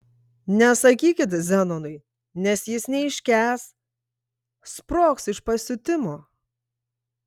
nesakykit zenonui nes jis neiškęs sprogs iš pasiutimo